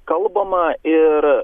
kalbama ir